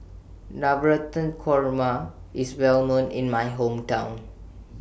Navratan Korma IS Well known in My Hometown